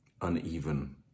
uneven